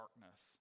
darkness